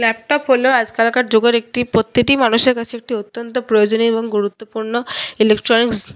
laptop হল আজকালকার যুগের একটি প্রত্যেকটি মানুষের কাছে একটি অত্যন্ত প্রয়োজনীয় এবং গুরুত্বপূর্ণ ইলেক্ট্রনিক্স